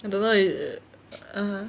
I don't know if (uh huh)